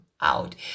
out